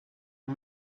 aux